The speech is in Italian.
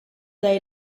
dai